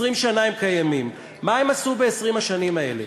20 שנה הם קיימים, מה הם עשו ב-20 השנים האלה?